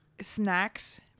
snacks